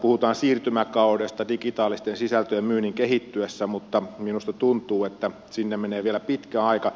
puhutaan siirtymäkaudesta digitaalisten sisältöjen myynnin kehittyessä mutta minusta tuntuu että siihen menee vielä pitkä aika